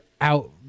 out